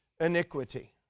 iniquity